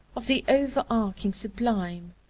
of the overarching sublime.